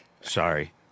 sorry